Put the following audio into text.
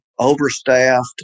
overstaffed